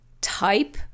type